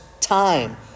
time